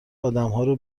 آدمهارو